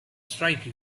strike